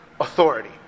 authority